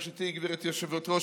ברשות גברתי היושבת-ראש,